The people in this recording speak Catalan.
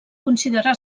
considerar